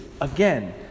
again